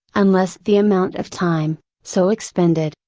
unless the amount of time, so expended,